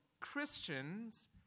Christians